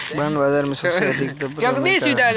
bond बाजार में सबसे अधिक दबदबा अमेरिका का है